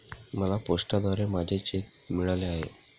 मला पोस्टाद्वारे माझे चेक बूक मिळाले आहे